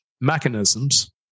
mechanisms